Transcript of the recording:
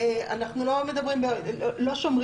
אנחנו לא שומרים.